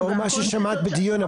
לאור מה ששמעת בדיון,